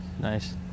nice